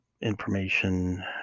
information